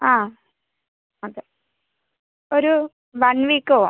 ആ അതെ ഒരു വൺ വീക്ക് പോകാം